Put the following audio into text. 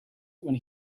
when